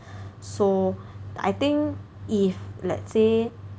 so I think if let's say